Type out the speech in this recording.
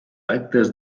actes